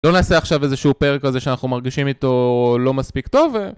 לא נעשה עכשיו איזה שהוא פרק כזה שאנחנו מרגישים איתו לא מספיק טוב